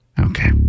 Okay